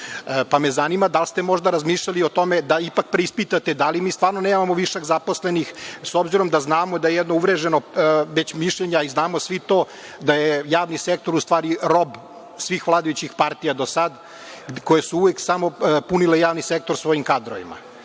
me da li ste možda razmišljali o tome da ipak preispitate, da li mi stvarno nemamo višak zaposlenih, s obzirom da znamo jedno uvreženo mišljenje, a i znamo svi to da je javni sektor u stvari rob svih vladajućih partija do sad, koje su uvek samo punile javni sektor svojim kadrovima.